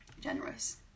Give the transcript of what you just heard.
generous